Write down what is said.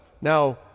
Now